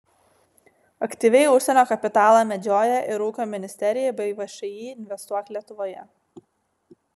aktyviai užsienio kapitalą medžioja ir ūkio ministerija bei všį investuok lietuvoje